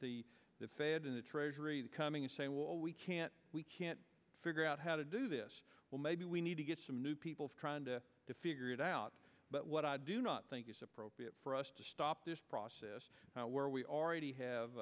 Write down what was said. have the fed and the treasury coming in saying well we can't we can't figure out how to do this well maybe we need to get some new people trying to figure it out but what i do not think is appropriate for us to stop this process where we already have